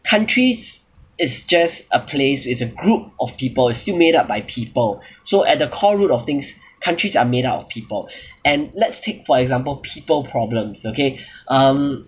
countries is just a place it's a group of people it's still made up by people so at the core root of things countries are made up of people and let's take for example people problems okay um